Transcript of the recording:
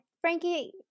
Frankie